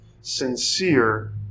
Sincere